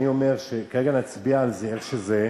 אני אומר שכרגע נצביע על זה איך שזה,